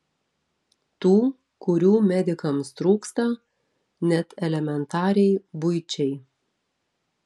tų kurių medikams trūksta net elementariai buičiai